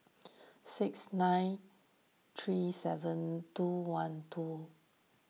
six nine three seven two one two